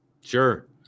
Sure